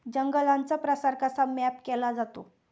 जंगलांचा प्रसार कसा मॅप केला जातो?